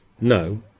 No